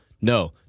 no